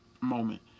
moment